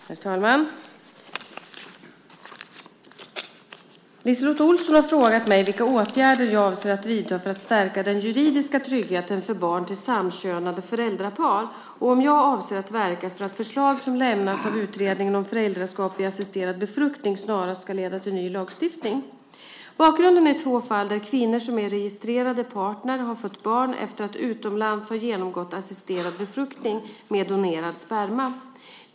Herr talman! LiseLotte Olsson har frågat mig vilka åtgärder jag avser att vidta för att stärka den juridiska tryggheten för barn till samkönade föräldrapar och om jag avser att verka för att förslag som lämnas av Utredningen om föräldraskap vid assisterad befruktning snarast ska leda till ny lagstiftning. Bakgrunden är två fall där kvinnor som är registrerade partner har fött barn efter att utomlands ha genomgått assisterad befruktning med donerad sperma.